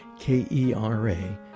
KERA